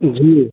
जी